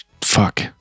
fuck